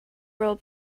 girl